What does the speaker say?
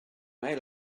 may